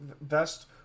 best